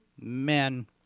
men